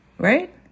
Right